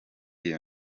iyo